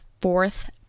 fourth